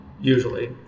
usually